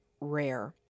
rare